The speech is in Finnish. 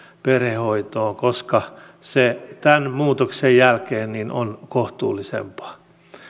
perhehoitoon koska se tämän muutoksen jälkeen on kohtuullisempaa